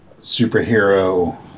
superhero